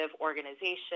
organizations